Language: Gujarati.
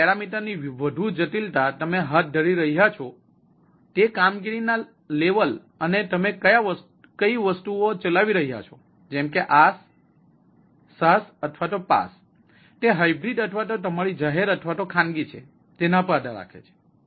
હવે આ પેરામીટર ની વધુ જટિલતા તમે હાથ ધરી રહ્યા છો તે કામગીરીના સ્તર અને તમે ક્યાં વસ્તુઓ ચલાવી રહ્યા છો જેમ કે IaaSSaaSઅથવા PaaS તે હાઈબ્રીડ અથવા તમારી જાહેર અથવા ખાનગી છે તેના પર આધાર રાખે છે